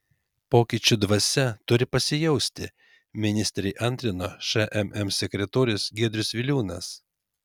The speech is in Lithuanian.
pokyčių dvasia turi pasijausti ministrei antrino šmm sekretorius giedrius viliūnas